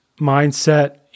mindset